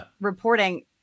reporting